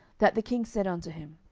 that the king said unto him,